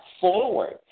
forward